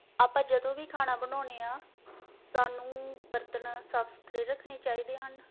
ਆਪਾਂ ਜਦੋਂ ਵੀ ਖਾਣਾ ਬਣਾਉਂਦੇ ਹਾਂ ਸਾਨੂੰ ਬਰਤਨ ਸਾਫ਼ ਸੁਥਰੇ ਰੱਖਣੇ ਚਾਹੀਦੇ ਹਨ